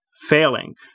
failing